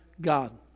God